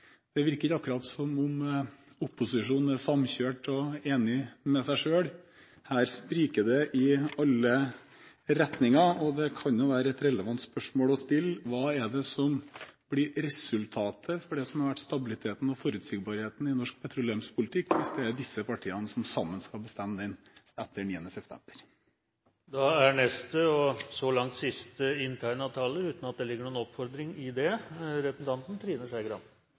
Det virker ikke akkurat som opposisjonen er samkjørt og enig med seg selv. Her spriker det i alle retninger, og det kan være et relevant spørsmål å stille: Hva er det som blir resultatet for det som har vært stabiliteten og forutsigbarheten i norsk petroleumspolitikk, hvis det er disse partiene som sammen skal bestemme det etter 9. september? Neste og så langt sist inntegnede taler – uten at det ligger noen oppfordring i det – er representanten Trine Skei